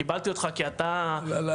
קיבלתי אותך כי אתה כמונו.